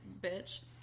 bitch